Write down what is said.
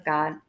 God